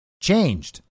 changed